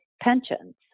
pensions